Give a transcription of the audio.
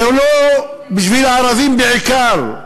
זה לא בשביל הערבים בעיקר.